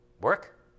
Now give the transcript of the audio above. work